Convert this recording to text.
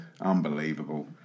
Unbelievable